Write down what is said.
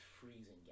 freezing